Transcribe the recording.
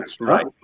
right